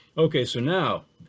okay, so now,